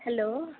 hello